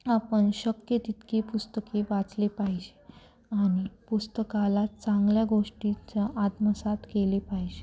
आपण शक्य तितकी पुस्तके वाचले पाहिजे आणि पुस्तकाला चांगल्या गोष्टीच्या आत्मसात केले पाहिजे